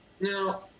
Now